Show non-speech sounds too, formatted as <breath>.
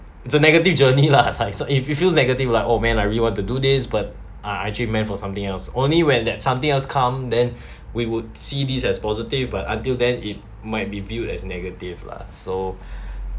it's a negative journey lah <laughs> so if you feels negative like oh man I really want to do this but are actually meant for something else only when that something else come then <breath> we would see this as positive but until then it might be viewed as negative lah so <breath>